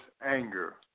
anger